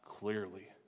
Clearly